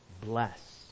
bless